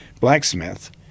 blacksmith